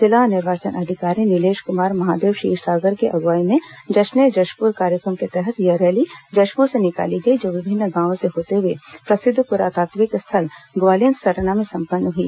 जिला निर्वाचन अधिकारी निलेश कुमार महादेव क्षीरसागर के अगुवाई में जश्न ए जशपुर कार्यक्रम के तहत यह रैली जशपुर से निकाली गई जो विभिन्न गांवो से होती हुई प्रसिद्ध पुरातात्विक स्थल ग्वालिनसरना में संपन्न हुई